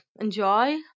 enjoy